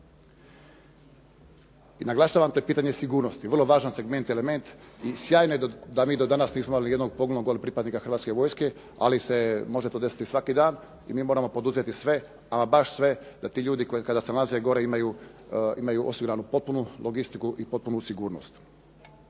I naglašavam tu pitanje sigurnosti, vrlo važan segment i element i sjajno je da mi do danas nismo imali jednog …/Govornik se ne razumije./… pripadnika Hrvatske vojske, ali se može to desiti svaki dan, i mi moramo poduzeti sve, ama baš sve da ti ljudi koji se nalaze gore imaju osiguranu potpunu logistiku i potpunu sigurnost.